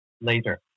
later